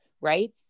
right